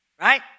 right